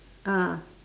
ah